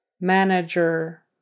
Manager